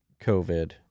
COVID